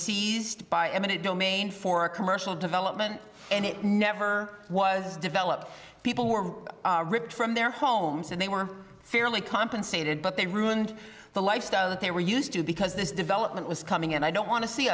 seized by eminent domain for commercial development and it never was developed people were ripped from their homes and they were fairly compensated but they ruined the lifestyle that they were used to because this development was coming and i don't want to see